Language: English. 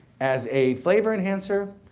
as a flavor enhancer,